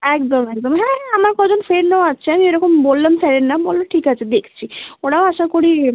একদম একদম হ্যাঁ হ্যাঁ আমার কজন ফ্রেন্ডও আছে আমি এরকম বললাম স্যারের নাম বলল ঠিক আছে দেখছি ওরাও আশা করি